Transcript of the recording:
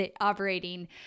operating